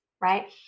right